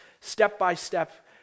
step-by-step